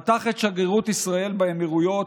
פתח את שגרירות ישראל באמירויות.